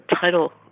title